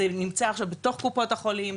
זה נמצא עכשיו בתוך קופות החולים,